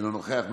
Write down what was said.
אינו נוכח,